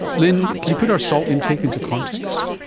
lynne, can you put our salt intake into context?